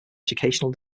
educational